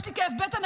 יש לי כאב בטן,